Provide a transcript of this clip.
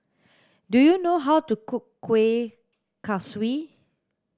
do you know how to cook kuih kaswi